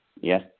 Yes